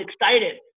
excited